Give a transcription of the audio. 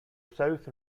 south